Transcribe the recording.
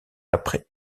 après